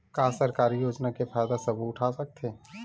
का सरकारी योजना के फ़ायदा सबो उठा सकथे?